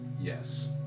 Yes